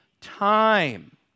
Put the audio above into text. time